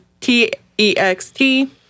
T-E-X-T